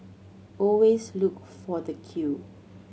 always look for the queue